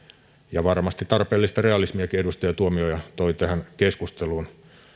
ja varmasti tarpeellista realismiakin edustaja tuomioja toi tähän keskusteluun